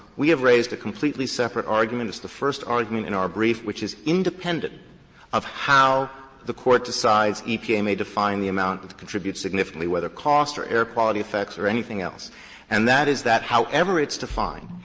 we have raised a completely separate argument. it's the first argument in our brief, which is independent of how the court decides epa may define the amount that contributes significantly, whether cost or air quality effects or anything else and that is that, however it's defined,